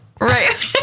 right